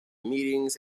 meetings